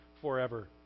forever